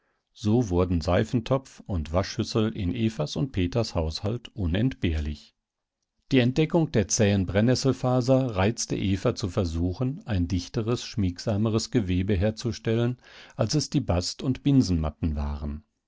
so wurden seifentopf und waschschüssel in evas und peters haushalt unentbehrlich die entdeckung der zähen brennesselfaser reizte eva zu versuchen ein dichteres schmiegsameres gewebe herzustellen als es die bast und binsenmatten waren